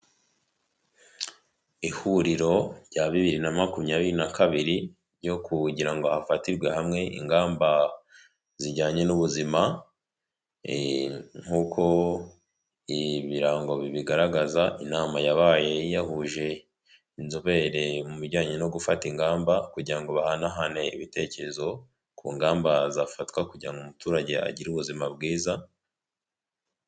Ihuriro rya bibiri na makumyabiri naka kabiri ryo kugira ngo hafatirwe hamwe ingamba zijyanye n'ubuzima, nk'uko ibirango bibigaragaza inama yabaye yahuje inzobere mu bijyanye no gufata ingamba kugira ngo bahanahane ibitekerezo ku ngamba zafatwa kugira ngo umuturage agire ubuzima bwiza.